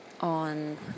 on